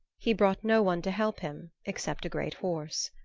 he brought no one to help him except a great horse.